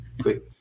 quick